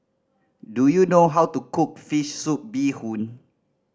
do you know how to cook fish soup bee hoon